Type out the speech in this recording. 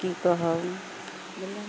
की कहब